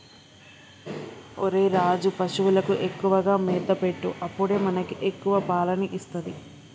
ఒరేయ్ రాజు, పశువులకు ఎక్కువగా మేత పెట్టు అప్పుడే మనకి ఎక్కువ పాలని ఇస్తది